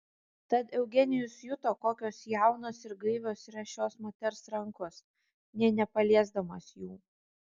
tad eugenijus juto kokios jaunos ir gaivios yra šios moters rankos nė nepaliesdamas jų